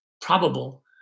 probable